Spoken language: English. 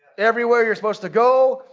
everywhere you're supposed to go.